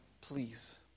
please